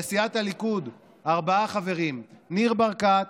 לסיעת הליכוד ארבעה חברים: ניר ברקת,